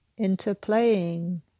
interplaying